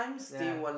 ya